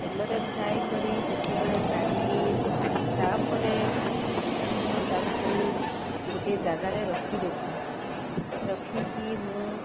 ତେଲରେ ଫ୍ରାଏ କରି ଯେତେବେଳେ କାଢ଼ିଲି ତାପରେ ମୁଁ ତାକୁ ଗୋଟିଏ ଜାଗାରେ ରଖିଦେଲି ରଖିକି ମୁଁ